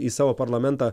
į savo parlamentą